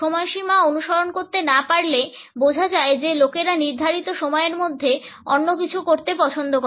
সময়সীমা অনুসরণ করতে না পারলে বোঝা যায় যে লোকেরা নির্ধারিত সময়ের মধ্যে অন্য কিছু করতে পছন্দ করে